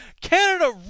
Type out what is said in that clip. Canada